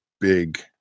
big